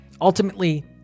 Ultimately